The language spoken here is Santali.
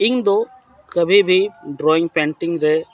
ᱤᱧ ᱫᱚ ᱠᱟᱹᱵᱷᱤ ᱵᱤ ᱰᱨᱚᱭᱤᱝ ᱯᱮᱱᱴᱤᱝ ᱨᱮ